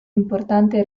importante